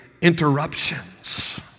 interruptions